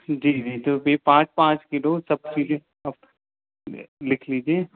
जी जी जी तो फिर पाँच पाँच किलो सब चीज़ें आप लिख लीजिए